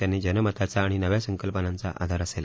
त्यांना जनमताचा आणि नव्या कंल्पनांचा आधार असेल